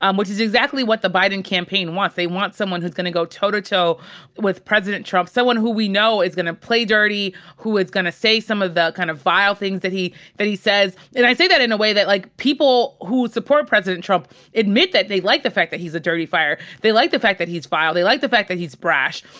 um which is exactly what the biden campaign wants. they want someone who's gonna go toe-to-toe with president trump, someone who we know is gonna play dirty, who is gonna say some of the kind of vile things that he that he says. and i say that in a way that, like people who support president trump admit that they like the fact that he's a dirty fighter. they like the fact that he's vile. they like the fact that he's brash.